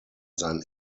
sein